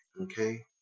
Okay